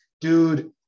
dude